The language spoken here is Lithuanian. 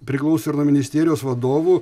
priklauso ir nuo ministerijos vadovų